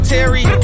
Terry